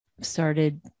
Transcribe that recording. started